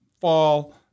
fall